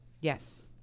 Yes